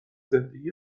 زندگی